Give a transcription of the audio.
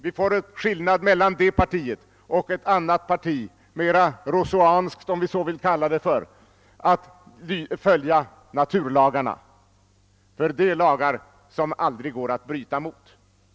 Det andra partiet blir mera Rousseauanskt om vi så vill kalla det; det vill följa naturlagarna. Det är lagar som det aldrig går att bryta mot.